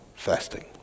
Fasting